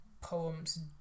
poems